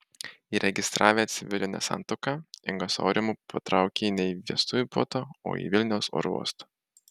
įregistravę civilinę santuoką inga su aurimu patraukė ne į vestuvių puotą o į vilniaus oro uostą